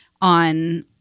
on